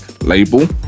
label